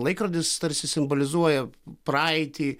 laikrodis tarsi simbolizuoja praeitį